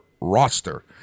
roster